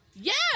Yes